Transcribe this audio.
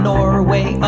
Norway